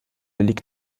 liegt